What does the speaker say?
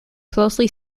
closely